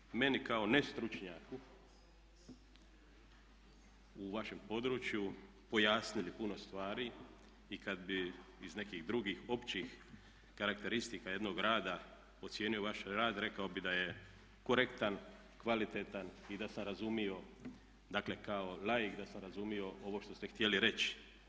Dakle vi ste meni kao nestručnjaku u vašem području pojasnili puno stvari i kada bi iz nekih drugih općih karakteristika jednog grada ocijenio vaš rad rekao bih da je korektan, kvalitetan i da sam razumio, dakle kao laik da sam razumio ovo što ste htjeli reći.